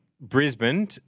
Brisbane